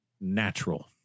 natural